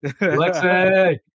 Alexei